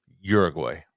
uruguay